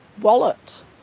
wallet